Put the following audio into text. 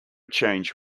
change